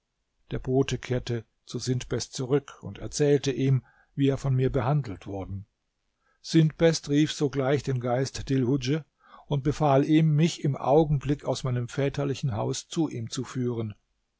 der bote kehrte zu sintbest zurück und erzählte ihm wie er von mir behandelt worden sintbest rief sogleich den geist dilhudj und befahl ihm mich im augenblick aus meinem väterlichen haus zu ihm zu führen